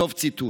סוף ציטוט.